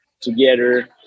together